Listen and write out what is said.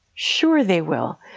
sure they will.